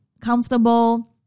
comfortable